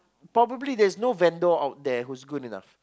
probably there's no vendor out there who's good enough